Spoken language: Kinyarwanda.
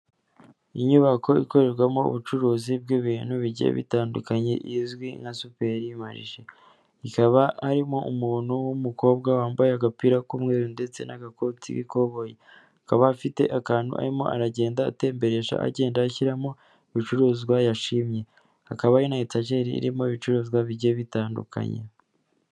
Inyubako ikorerwamo ubucuruzi bw'ibintu bigiye bitandukanye, izwi nka superi marishe, ikaba arimo umuntu w'umukobwa wambaye agapira k'umweru ndetse n'agakoti kikoboyi, akaba afite akantu arimo aragenda atembereje, agenda ashyiramo ibicuruzwa yashimye. Hakaba harimo na etageri irimo ibicuruzwa bijye bitandukanye.